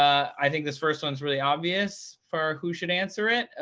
i think this first one is really obvious for who should answer it.